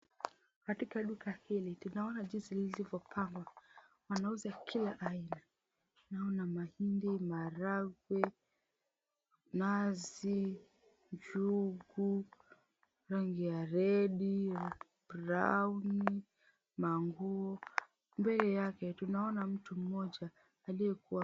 Katika duka hili tunaona jinsi lilivyopangwa. Wanauza kila aina. Tunaona mahindi, maharahwe, nazi, njugu, rangi ya redi, brown , mango . Mbele yake tunaona mtu mmoja aliyekuwa.